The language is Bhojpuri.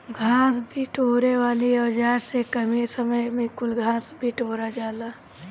घास बिटोरे वाली औज़ार से कमे समय में कुल घास बिटूरा जाला